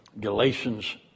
Galatians